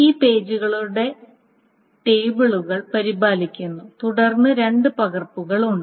ഈ പേജുകളുടെ ടേബിളുകൾ പരിപാലിക്കുന്നു തുടർന്ന് രണ്ട് പകർപ്പുകൾ ഉണ്ട്